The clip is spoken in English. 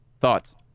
Thoughts